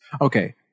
okay